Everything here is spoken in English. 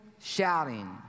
shouting